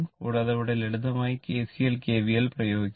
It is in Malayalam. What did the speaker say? കൂടാതെ ഇവിടെ ലളിതമായി kcl kvl ഉപയോഗിക്കുന്നു